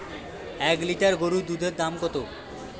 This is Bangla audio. এক লিটার গোরুর দুধের দাম কত?